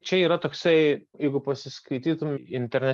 čia yra toksai jeigu pasiskaitytum internete